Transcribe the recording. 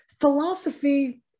Philosophy